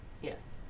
Yes